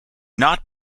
not